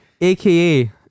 aka